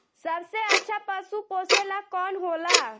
सबसे अच्छा पशु पोसेला कौन होला?